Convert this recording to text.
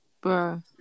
Bro